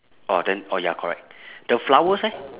orh then orh ya correct the flowers eh